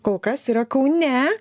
kol kas yra kaune